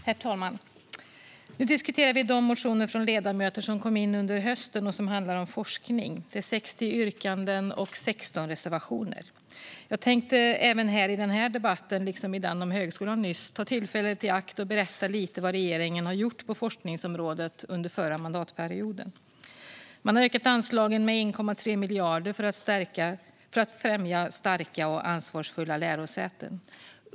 Herr talman! Nu diskuterar vi de motioner från ledamöter som kom in under hösten och som handlar om forskning. Det är 60 yrkanden och 16 reservationer. Jag tänkte även här i denna debatt liksom i den om högskolan nyss ta tillfället i akt att berätta lite om vad regeringen har gjort på forskningsområdet under den förra mandatperioden. Man har ökat anslagen med 1,3 miljarder för att främja starka och ansvarsfulla lärosäten.